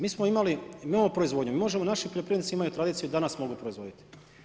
Mi smo imali, imamo proizvodnju, mi možemo, naši poljoprivrednici imaju tradiciju i danas mogu proizvoditi.